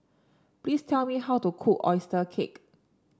please tell me how to cook oyster cake